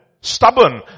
stubborn